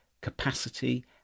capacity